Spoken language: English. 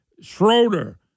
Schroeder